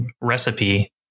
recipe